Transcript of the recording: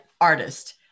artist